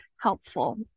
helpful